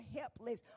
helpless